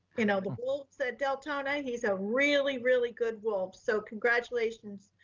you know, the bull said deltona. he's a really, really good wolf. so congratulations,